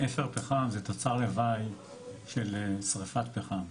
אפר פחם זה תוצר לוואי של שריפת פחם.